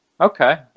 okay